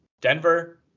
Denver